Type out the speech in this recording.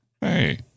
Hey